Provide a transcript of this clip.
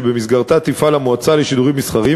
ובמסגרתה תפעל המועצה לשידורים מסחריים